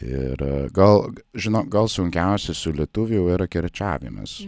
ir gal žino gal sunkiausia su lietuvių yra kirčiavimas